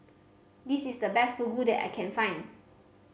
this is the best Fugu that I can find